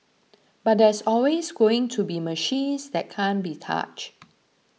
but there's always going to be machines that can't be touched